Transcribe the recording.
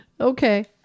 Okay